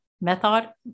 method